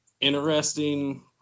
interesting